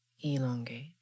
elongate